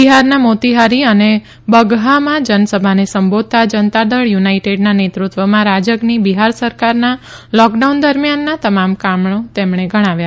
બિહારના મોતીહારી અને બગહામાં જનસભાને સંબોધતા જનતાદળ યુનાઇટેડના નેતૃત્વમાં રાજગની બિહાર સરકારના લોકડાઉન દરમિયાનના તમામ કામો ગણાવ્યા